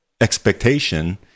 expectation